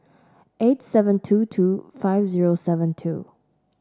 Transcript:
eight seven two two five zero seven two